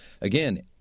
Again